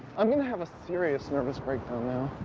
i'm going to have a serious nervous breakdown now.